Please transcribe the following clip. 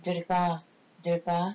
dudar dudar